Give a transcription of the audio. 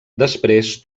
després